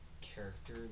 character